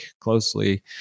closely